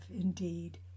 indeed